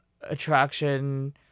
attraction